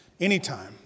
Anytime